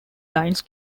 lines